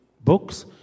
books